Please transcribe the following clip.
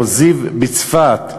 או זיו בצפת,